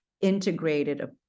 integrated